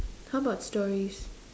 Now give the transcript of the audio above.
how about stories